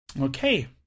Okay